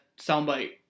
soundbite